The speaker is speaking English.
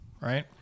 right